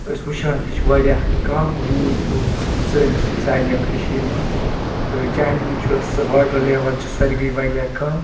أسۍ وُچھان تہِ چھِ واریاہ کَم روٗد پیٛوو سٲنِس سانہِ یَتھ کٔشیٖر منٛز تہٕ جہلمٕچ یۄس واٹَر لیوَل چھِ سۄ تہِ گٔے واریاہ کَم